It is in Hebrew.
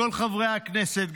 כל חברי הכנסת,